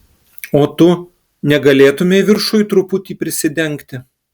o tu negalėtumei viršuj truputį prisidengti